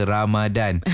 Ramadan